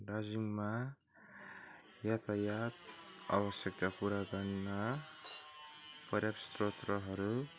दार्जिलिङमा यातायात आवश्यकता पुरा गर्न पर्याप्त श्रोतहरू